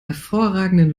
hervorragenden